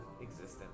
existence